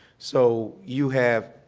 so you have